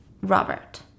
Robert